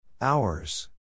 Hours